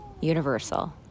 universal